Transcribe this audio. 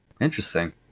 Interesting